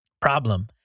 Problem